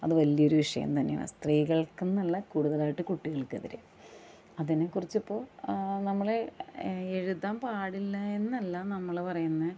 അത് വലിയൊരു വിഷയം തന്നെയാണ് സ്ത്രീകൾക്കെന്നല്ല കൂടുതലായിട്ട് കുട്ടികൾക്കെതിരെ അതിനെക്കുറിച്ചിപ്പോൾ നമ്മള് എഴുതാൻ പാടില്ലായെന്നല്ല നമ്മള് പറയുന്നത്